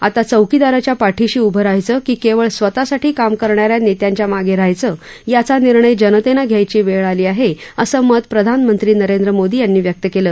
आता चौकीदाराच्या पाठीशी उभं रहायचं की केवळ स्वतःसाठी काम करणाऱ्या नेत्यांच्या मागे रहायचं याचा निर्णय जनतेनं घ्यायची वेळ आली आहे असं मत प्रधानमंत्री नरेंद्र मोदी यांनी व्यक्त केलं